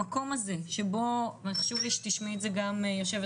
המקום הזה וחשוב לי שתשמעי את זה גם יושבת